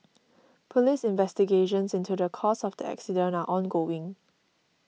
police investigations into the cause of the accident are ongoing